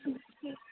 okay